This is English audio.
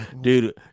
dude